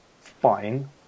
fine